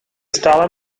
stále